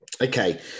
Okay